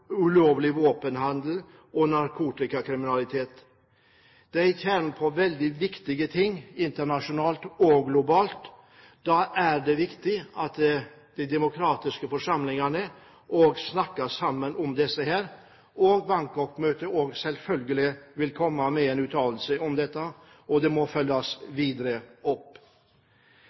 kjernen av veldig viktige tema, internasjonalt og globalt. Da er det viktig at også de demokratiske forsamlingene snakker sammen om dette. Bangkok-møtet vil selvfølgelig komme med en uttalelse om dette, og det må følges opp videre.